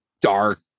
dark